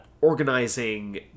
organizing